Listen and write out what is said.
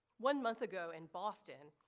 one month ago in boston,